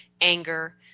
anger